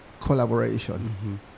collaboration